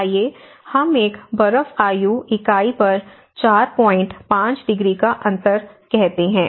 आइए हम एक बर्फ आयु इकाई पर 45 डिग्री का अंतर कहते हैं